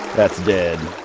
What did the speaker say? that's dead